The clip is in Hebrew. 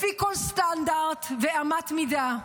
לפי כל סטנדרט ואמת מידה,